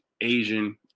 Asian